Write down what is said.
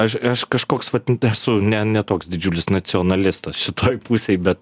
aš eš kažkoks vat esu ne ne toks didžiulis nacionalistas šitoj pusėj bet